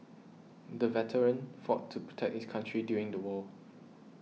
the veteran fought to protect his country during the war